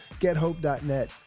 gethope.net